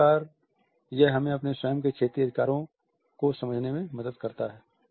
तो इस प्रकार यह हमें अपने स्वयं के क्षेत्रीय अधिकारों को समझने में मदद करता है